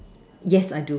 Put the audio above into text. yes I do